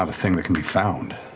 um thing that can be found.